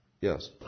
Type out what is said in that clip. Yes